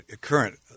current